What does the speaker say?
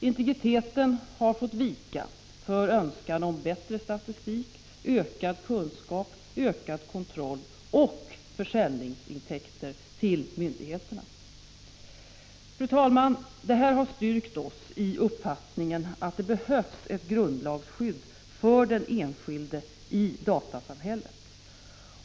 Integriteten har fått vika för önskan om bättre statistik, ökad kunskap, ökad kontroll eller försäljningsintäkter till myndigheterna. Fru talman! Detta har styrkt oss i uppfattningen att det behövs ett grundlagsskydd för den enskilde i datasamhället.